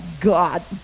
God